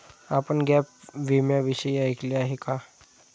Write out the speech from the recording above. आपण गॅप विम्याविषयी ऐकले आहे का?